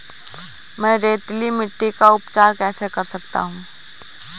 मैं रेतीली मिट्टी का उपचार कैसे कर सकता हूँ?